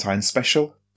special